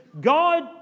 God